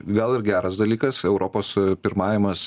gal ir geras dalykas europos pirmavimas